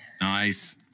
Nice